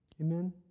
Amen